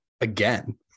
again